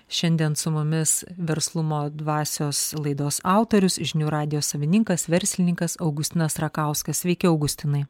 šiandien su mumis verslumo dvasios laidos autorius žinių radijo savininkas verslininkas augustinas rakauskas sveiki augustinai